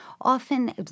Often